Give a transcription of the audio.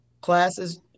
classes